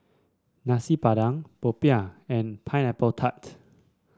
Nasi Padang popiah and Pineapple Tart